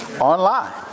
Online